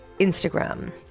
Instagram